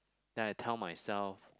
then I tell myself